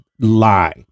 Lie